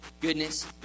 goodness